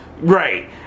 Right